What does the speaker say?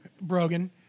Brogan